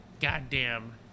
goddamn